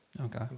Okay